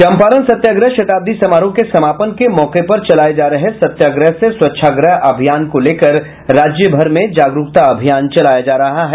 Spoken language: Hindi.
चम्पारण सत्याग्रह शताब्दी समारोह के समापन के मौके पर चलाये जा रहे सत्याग्रह से स्वच्छाग्रह अभियान को लेकर राज्यभर में जागरूकता अभियान चलाया जा रहा है